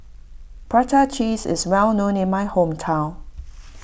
Prata Cheese is well known in my hometown